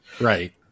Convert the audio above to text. Right